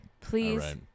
please